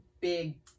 big